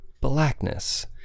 blackness